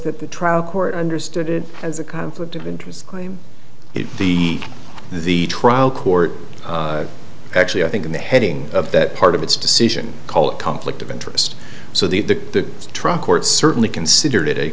that the trial court understood it as a conflict of interest claim if the the trial court actually i think in the heading of that part of its decision called conflict of interest so the at the trial court certainly considered it a